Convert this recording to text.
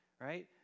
right